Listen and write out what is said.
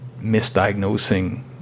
misdiagnosing